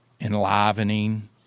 enlivening